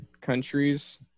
countries